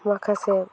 माखासे